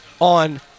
on